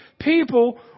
people